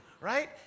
right